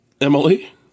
Emily